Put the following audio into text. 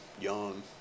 young